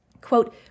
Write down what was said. Quote